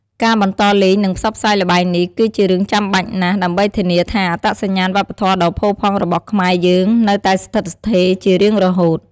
ការបន្តលេង និងផ្សព្វផ្សាយល្បែងនេះ គឺជារឿងចាំបាច់ណាស់ ដើម្បីធានាថា អត្តសញ្ញាណវប្បធម៌ដ៏ផូរផង់របស់ខ្មែរយើងនៅតែស្ថិតស្ថេរជារៀងរហូត។